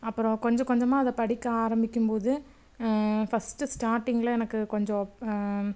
அப்புறம் கொஞ்சம் கொஞ்சமாக அதை படிக்க ஆரம்பிக்கும்போது ஃபர்ஸ்ட்டு ஸ்டார்டிங்கில் எனக்கு கொஞ்சம்